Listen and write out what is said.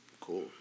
Cool